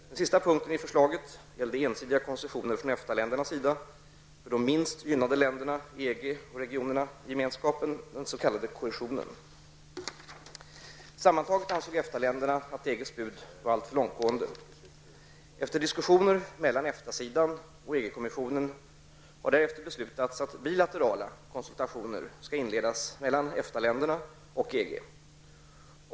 Den sista punkten i förslaget gällde ensidiga koncessioner från EFTA-ländernas sida för de minst gynnade länderna och regionerna i gemenskapen, den s.k. Sammantaget ansåg EFTA-länderna att EGs bud var alltför långtgående. Efter diskussioner mellan EFTA-sidan och EG-kommissionen har därefter beslutats att bilaterala konsultationer skall inledas mellan EFTA-länderna och EG.